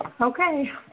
Okay